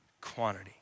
quantity